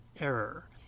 error